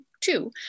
two